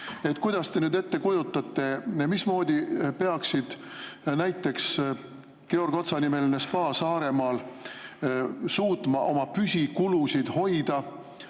Kuidas te ette kujutate, et peaks näiteks Georg Otsa nimeline spaa Saaremaal suutma oma püsi[tulusid] hoida,